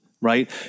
right